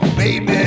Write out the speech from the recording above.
baby